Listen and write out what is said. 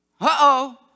Uh-oh